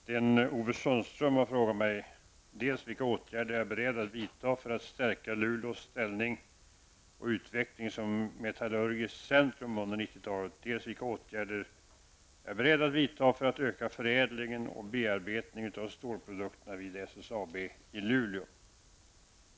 Herr talman! Sten-Ove Sundström har frågat mig dels vilka åtgärder jag är beredd att vidta för att stärka Luleås ställning och utveckling som metallurgiskt centrum under 1990-talet, dels vilka åtgärder jag är beredd att vidta för att öka förädlingen och bearbetningen av stålprodukterna vid SSAB i Luleå.